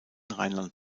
rheinland